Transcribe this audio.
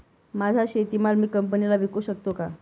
माझा शेतीमाल मी कंपनीला विकू शकतो का?